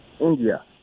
India